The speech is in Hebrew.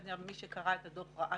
מי שקרא את הדוח ראה